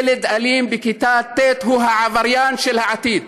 ילד אלים בכיתה ט' הוא העבריין של העתיד.